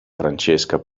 francesca